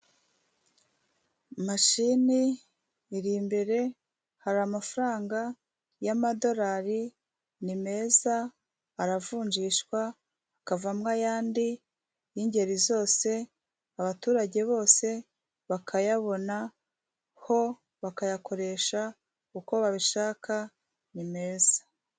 Mashini iri imbere hari amafaranga y'amadolari ni meza aravunjishwa hakavamo ayandi y'ingeri zose, abaturage bose bakayabona ho bakayakoresha uko babishaka ni meza.